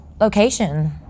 Location